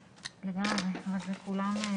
13:38.